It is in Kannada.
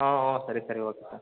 ಹಾಂ ಸರಿ ಸರಿ ಓಕೆ ಸರ್